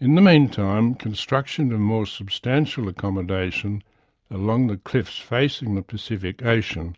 in the meantime construction of more substantial accommodation along the cliffs facing the pacific ocean